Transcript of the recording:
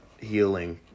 healing